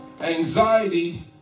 Anxiety